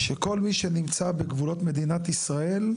שכל מי שנמצא בגבולות מדינת ישראל,